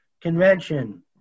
Convention